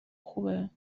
خوبه